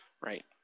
right